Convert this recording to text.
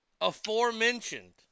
aforementioned